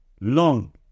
long